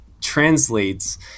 translates